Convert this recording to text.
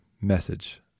message